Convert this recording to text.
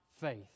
faith